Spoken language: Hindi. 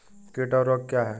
कीट और रोग क्या हैं?